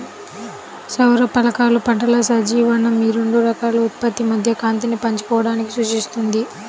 సౌర ఫలకాలు పంటల సహజీవనం ఈ రెండు రకాల ఉత్పత్తి మధ్య కాంతిని పంచుకోవడాన్ని సూచిస్తుంది